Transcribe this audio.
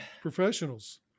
professionals